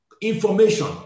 information